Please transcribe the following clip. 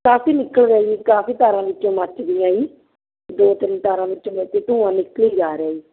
ਕਾਫ਼ੀ ਨਿਕਲ ਰਿਹਾ ਜੀ ਕਾਫ਼ੀ ਤਾਰਾਂ ਵਿੱਚੋਂ ਮੱਚ ਗਈਆ ਜੀ ਦੋ ਤਿੰਨ ਤਾਰਾਂ ਵਿੱਚੋਂ ਮਤਲਬ ਕਿ ਧੂੰਆਂ ਨਿਕਲੀ ਜਾ ਰਿਹਾ ਜੀ